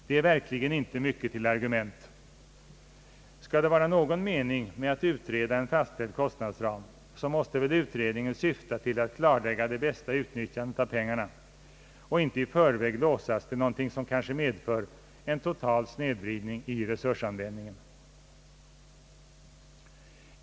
Det är verkligen inte mycket till argument. Skall det vara någon mening med att utreda en fastställd kostnadsram så måste väl utredningen syfta till att klarlägga det bästa utnyttjandet av pengarna och inte i förväg låsas till någonting som kanske medför en total snedvridning i resursanvändningen.